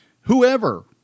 whoever